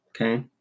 Okay